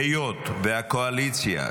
היות והקואליציה,